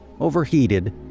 overheated